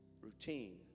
routine